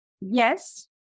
yes